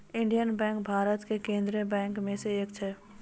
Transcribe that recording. Indian Bank Bharat के केन्द्रीय बैंको मे से एक छै